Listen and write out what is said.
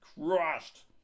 crushed